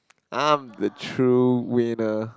I'm the true winner